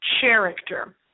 character